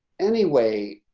anyway,